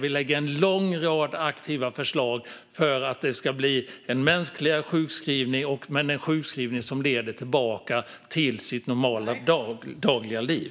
Vi lägger fram en lång rad aktiva förslag för att ska bli en mänskligare sjukskrivning men en sjukskrivning som leder tillbaka normalt dagligt liv.